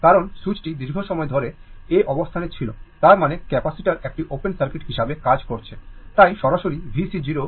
কারণ সুইচটি দীর্ঘ সময় ধরে A অবস্থানে ছিল তার মানে ক্যাপাসিটার একটি ওপেন সার্কিট হিসাবে কাজ করছে তাই সরাসরি VC 0 0 100 volt হবে